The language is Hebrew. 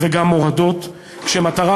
וגם מורדות, כשהמטרה